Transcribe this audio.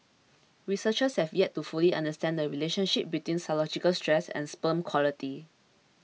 researchers have yet to fully understand the relationship between psychological stress and sperm quality